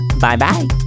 Bye-bye